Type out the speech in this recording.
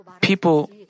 People